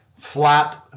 flat